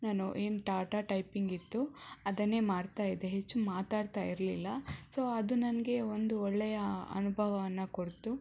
ನಾನು ಏನು data typing ಇತ್ತು ಅದನ್ನೇ ಮಾಡ್ತಾಯಿದ್ದೆ ಹೆಚ್ಚು ಮಾತಾಡ್ತಾ ಇರಲಿಲ್ಲ ಸೊ ಅದು ನನಗೆ ಒಂದು ಒಳ್ಳೆಯ ಅನುಭವವನ್ನು ಕೊಡ್ತು